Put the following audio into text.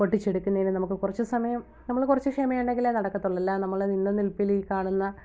പൊട്ടിച്ചെടുക്കുന്നതിന് നമുക്ക് കുറച്ച് സമയം നമ്മള് കുറച്ച് ക്ഷമയുണ്ടെങ്കിലേ നടക്കത്തൊള്ളു അല്ലാതെ നമ്മള് നിന്ന നിൽപ്പില് ഈ കാണുന്ന